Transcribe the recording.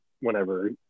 whenever